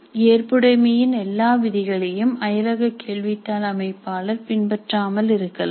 ஏற்புடைமை இன் எல்லா விதிகளையும் அயலக கேள்வித்தாள் அமைப்பாளர் பின்பற்றாமல் இருக்கலாம்